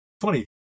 funny